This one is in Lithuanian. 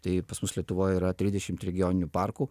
tai pas mus lietuvoj yra trisdešimt regioninių parkų